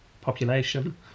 population